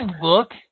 look